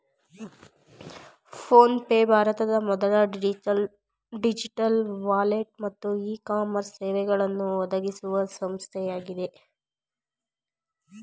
phone pay ಭಾರತದ ಮೊದಲ digital wallet ಮತ್ತು ಇ ಕಾಮರ್ಸ್ ಸೇವೆಗಳನ್ನು ಒದಗಿಸುವ ಸಂಸ್ಥೆಯಾಗಿದೆ